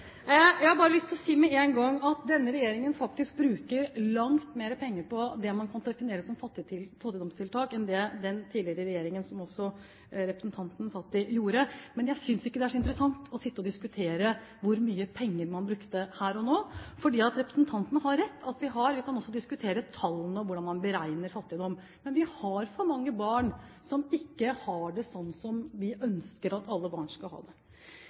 Jeg har bare lyst til å si med en gang at denne regjeringen faktisk bruker langt mer penger på det man kan definere som fattigdomstiltak, enn det den tidligere regjeringen gjorde, som også partiet til representanten var med i. Men jeg synes ikke det er så interessant å sitte og diskutere hvor mye penger man har brukt, her og nå. Vi kan også diskutere tallene og hvordan man beregner fattigdom, men representanten har rett i at det er for mange barn som ikke har det slik som vi ønsker at alle barn skal ha det.